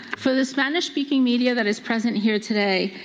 for the spanish-speaking media that is present here today,